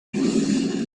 have